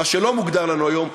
מה שלא מוגדר לנו היום,